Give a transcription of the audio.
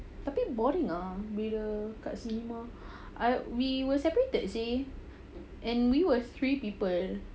tapi boring ah bila kat cinema we were separated see and we were three people